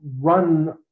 run